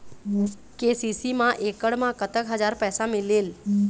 KCC मा एकड़ मा कतक हजार पैसा मिलेल?